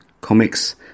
comics